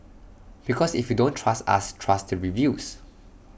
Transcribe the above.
because if you don't trust us trust the reviews